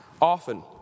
often